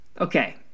Okay